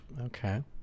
okay